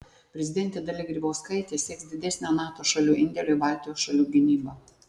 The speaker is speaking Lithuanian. prezidentė dalia grybauskaitė sieks didesnio nato šalių indėlio į baltijos šalių gynybą